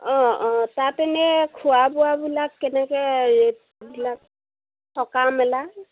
অঁ অঁ তাত এনেই খোৱা বোৱাবিলাক কেনেকৈ ৰেটবিলাক থকা মেলা